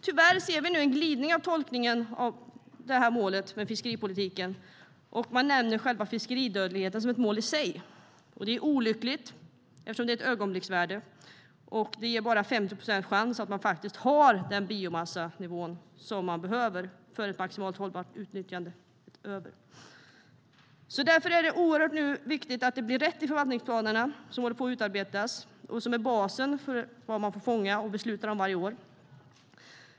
Tyvärr ser vi nu en glidning av tolkningen av det här målet för fiskeripolitiken. Man nämner själva fiskeridödligheten som ett mål i sig. Det är olyckligt, eftersom det är ett ögonblicksvärde. Det ger bara 50 procents chans att man faktiskt har den biomassanivå som man behöver för ett maximalt hållbart utnyttjande. Därför är det nu oerhört viktigt att det blir rätt i de förvaltningsplaner som håller på att utarbetas och som man beslutar om varje år. De är basen för vad man får fånga.